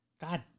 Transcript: God